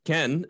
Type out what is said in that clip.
Ken